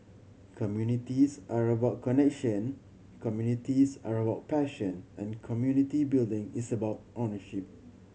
communities are about connection communities are about passion and community building is about ownership